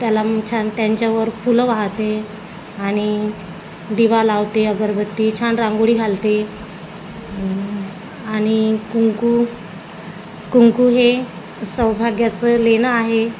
त्याला मग छान त्यांच्यावर फुलं वाहते आणि दिवा लावते अगरबत्ती छान रांगोळी घालते आणि कुंकू कुंकू हे सौभाग्याचं लेणं आहे